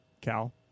cal